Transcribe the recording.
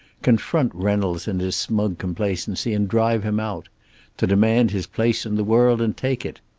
confront reynolds in his smug complacency and drive him out to demand his place in the world and take it.